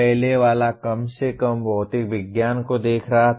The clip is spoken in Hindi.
पहले वाला कम से कम भौतिक विज्ञान को देख रहा था